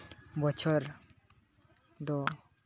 ᱵᱚᱪᱷᱚᱨ ᱫᱚ